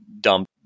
dump